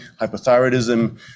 hypothyroidism